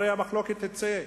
הרי המחלוקת תצא,